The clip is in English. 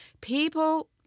People